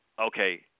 okay